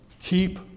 keep